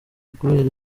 ukubera